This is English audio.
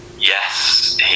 yes